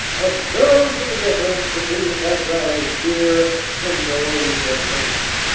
observe the difference between the cab-drivers here and those at home.